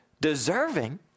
deserving